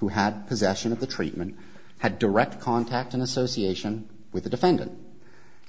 who had possession of the treatment had direct contact in association with the defendant